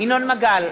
ינון מגל,